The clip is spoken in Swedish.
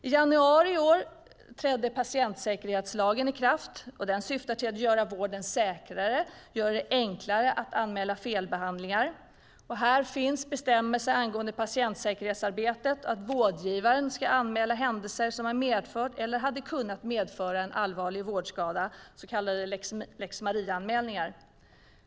I januari i år trädde patientsäkerhetslagen i kraft. Den syftar till att göra vården säkrare och göra det enklare att anmäla felbehandlingar. Här finns bestämmelser angående patientsäkerhetsarbetet och att vårdgivaren ska anmäla händelser som har medfört eller hade kunnat medföra en allvarlig vårdskada, så kallade lex Maria-anmälningar.